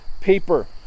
paper